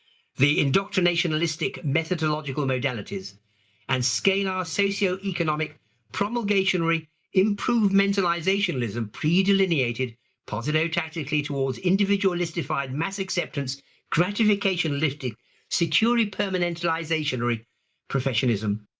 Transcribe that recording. the indoctrinationalistic methodological modalities and scalar socio-economic promulgationary improvementalizationism predelineated positotaxically toward individualistified mass-acceptance gratificationalistic securipermanentalisationary professionalism,